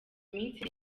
minsi